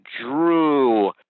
drew